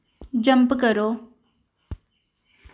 jump करो